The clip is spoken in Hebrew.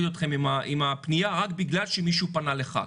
אתכם עם פניה רק בגלל שמישהו פנה לח"כ.